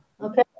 okay